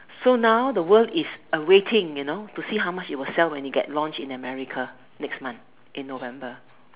so now the world is awaking you know to see how much it will sell when it get launched in America next month in November